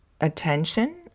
attention